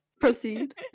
Proceed